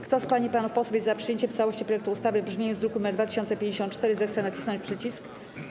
Kto z pań i panów posłów jest za przyjęciem w całości projektu ustawy w brzmieniu z druku nr 2054, zechce nacisnąć przycisk.